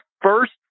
first